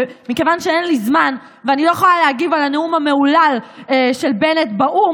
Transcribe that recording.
מכיוון שאין לי זמן ואני לא יכולה להגיב על הנאום המהולל של בנט באו"ם,